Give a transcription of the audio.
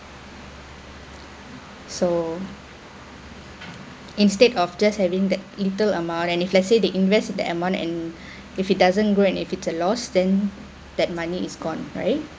so instead of just having that inter amount and if let's say they invest the amount and if it doesn't grow and if it's a loss then that money is gone right